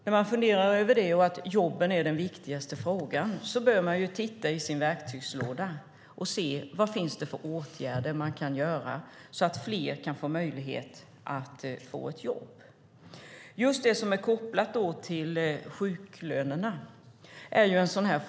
När man funderar över det och att jobben är den viktigaste frågan bör man titta i sin verktygslåda och se vilka åtgärder man kan vidta så att fler kan få möjlighet att få ett jobb. Det är kopplat till sjuklönerna.